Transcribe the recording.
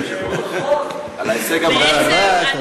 מזל טוב ליושב-ראש על ההישג המרשים.